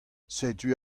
setu